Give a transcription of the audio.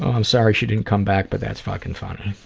i'm sorry she didn't come back, but that's fuckin' funny.